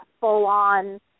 full-on